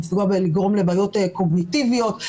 לגרום לבעיות קוגניטיביות,